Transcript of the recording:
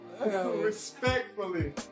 Respectfully